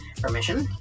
permission